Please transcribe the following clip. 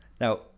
now